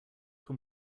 can